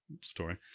story